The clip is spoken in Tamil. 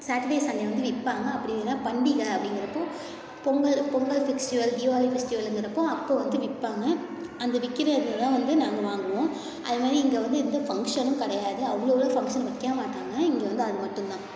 சாட்டர்டே சண்டே வந்து விற்பாங்க அப்படி இல்லைன்னா பண்டிகை அப்படிங்கிறப்போ பொங்கல் பொங்கல் ஃபெஸ்ட்டிவல் தீபாவளி ஃபெஸ்ட்டிவலுங்கிறப்போ அப்போ வந்து விற்பாங்க அந்த விற்கிறத தான் வந்து நாங்கள் வாங்குவோம் அதே மாதிரி இங்கே வந்து எந்த ஃபங்ஷனும் கிடையாது அவ்ளோவலாம் ஃபங்ஷன் வைக்க மாட்டாங்க இங்கே வந்து அது மட்டும் தான்